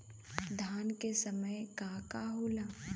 धान के समय का का होला?